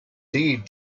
deed